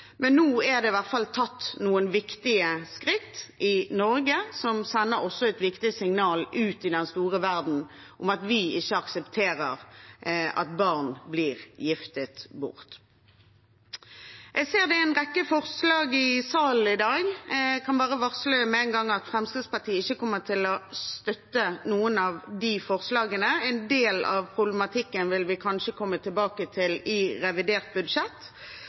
Men nå er det i hvert fall tatt noen viktige skritt i Norge som også sender et viktig signal ut i den store verden om at vi ikke aksepterer at barn blir giftet bort. Jeg ser det er en rekke forslag i salen i dag. Jeg kan bare varsle med en gang at Fremskrittspartiet ikke kommer til å støtte noen av de forslagene. En del av problematikken vil vi kanskje komme tilbake til i revidert budsjett,